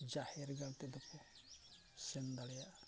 ᱡᱟᱦᱮᱨ ᱜᱟᱲ ᱛᱮᱫᱚ ᱠᱚ ᱥᱮᱱ ᱫᱟᱲᱮᱭᱟᱜᱼᱟ